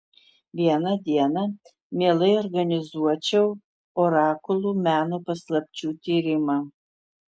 vieną dieną mielai organizuočiau orakulų meno paslapčių tyrimą